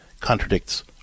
contradicts